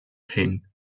pain